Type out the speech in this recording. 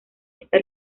está